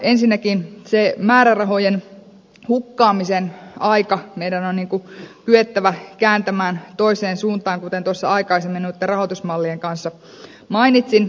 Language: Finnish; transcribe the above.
ensinnäkin se määrärahojen hukkaamisen aika meidän on kyettävä kääntämään toiseen suuntaan kuten tuossa aikaisemmin noitten rahoitusmallien kanssa mainitsin